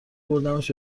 بردمش